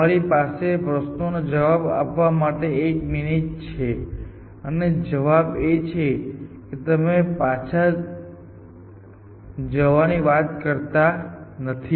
તમારી પાસે આ પ્રશ્નનો જવાબ આપવા માટે 1 મિનિટ છે અને જવાબ એ છે કે તમે પાછા જવાની વાત કરતા નથી